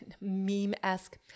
meme-esque